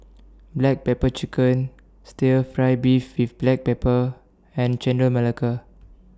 Black Pepper Chicken Stir Fry Beef with Black Pepper and Chendol Melaka